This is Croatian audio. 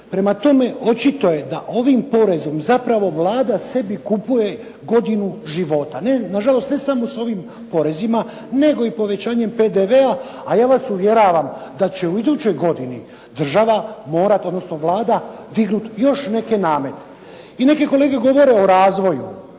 Prema tome, očito je da ovim porezom zapravo Vlada sebi kupuje godinu života. Na žalost ne samo s ovim porezima, nego i povećanjem PDV-a, a ja vas uvjeravam da će u idućoj godini država morati, odnosno Vlada dignuti još neke namete. I neke kolege govore o razvoju.